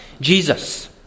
Jesus